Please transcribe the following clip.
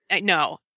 No